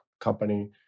company